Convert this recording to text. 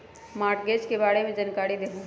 Mortgage के बारे में जानकारी देहु?